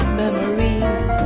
memories